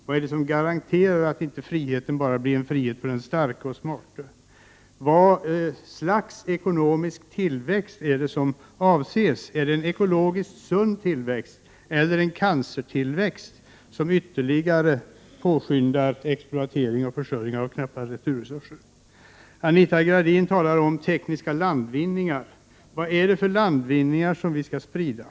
Vad är det som garanterar att friheten inte bara blir en frihet för den starke och smarte? Vilket slags ekonomisk tillväxt är det som avses? Är det en ekologiskt sund tillväxt eller är det en cancertillväxt som ytterligare påskyndar exploateringen och förstöringen av knappa naturresurser? Anita Gradin talade om tekniska landvinningar. Men vad är det för landvinningar som vi skall sprida?